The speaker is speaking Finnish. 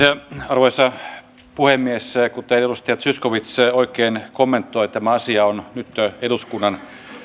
arvoisa puhemies kuten edustaja zyskowicz oikein kommentoi tämä asia on nyt eduskunnan